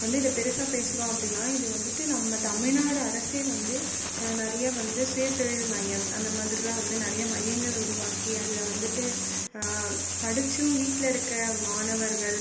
வந்து இதை பெருசாக பேசுறோம் அப்படின்னா இது வந்துட்டு நம்ம தமிழ்நாடு அரசு வந்து நிறைய வந்து சுயதொழில் மையம் அந்தமாதிரில்லாம் வந்து நிறைய மையங்களை உருவாக்கி அதில் வந்துட்டு படித்தும் வீட்டில் இருக்க மாணவர்கள்